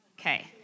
Okay